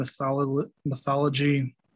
mythology